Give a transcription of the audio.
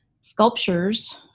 sculptures